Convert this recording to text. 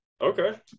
Okay